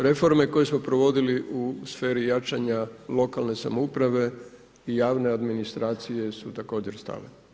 Reforme koje smo provodili u sferi jačanja lokalne samouprave i javne administracije su također stale.